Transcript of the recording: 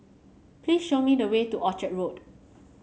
please show me the way to Orchard Road